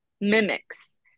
mimics